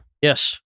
Yes